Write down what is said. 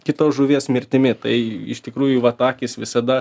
kitos žuvies mirtimi tai iš tikrųjų vat akys visada